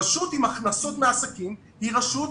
רשות עם הכנסות מעסקים היא רשות